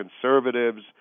conservatives